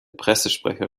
pressesprecher